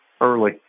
early